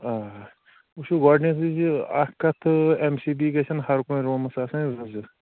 آ وٕچھُو گۄڈٕنٮ۪تھٕے گٔے اکھ کَتھٕ اٮ۪م سی بی گژھَن ہر کُنہِ روٗمَس آسٕنۍ زٕ زٕ